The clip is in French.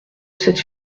cette